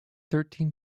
thirteen